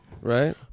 right